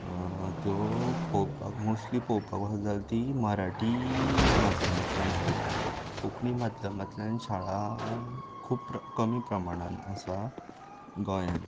त्यो पळोवपाक मोस्टली पळोवपात वचत जाल्यार ती मराठी माध्यमांतल्यान चलता कोंकणी माध्यमांतल्यान शाळा खूब कमी प्रमाणांत आसा गोंयान